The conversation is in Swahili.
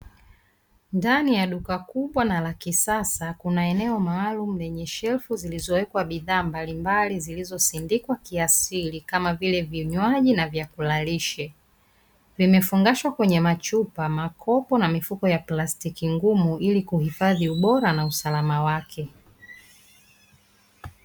Ndani ya duka kubwa na la kisasa kuna eneo maalumu lenye shelfu zilizowekwa bidhaa mbalimbali, zilizosindikwa kiasili kama vile: vinywaji na vyakula lishe, vimefungashwa kwenye machupa makopo na mifuko ya plastiki ngumu, ili kuhifadhi ubora na usalama wake.